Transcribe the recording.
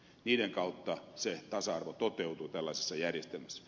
niiden kautta se tasa arvo toteutuu tällaisessa järjestelmässä